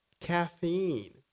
caffeine